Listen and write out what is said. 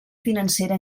financera